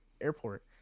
airport